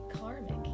karmic